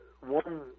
one